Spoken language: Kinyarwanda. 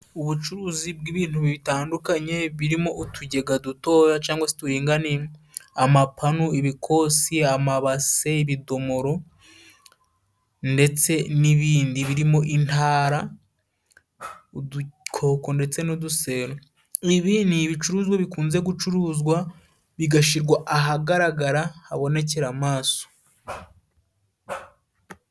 Ubucuruzi bw'ibintu bitandukanye birimo utugega dutoya cangwa se turinganiye, amapanu, ibikosi, amabase, ibidomoro ndetse n'ibindi birimo intara, udukoko ndetse n'udusero. Ibi ni ibicuruzwa bikunze gucuruzwa bigashirwa ahagaragara habonekera amaso.